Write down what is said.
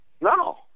No